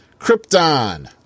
Krypton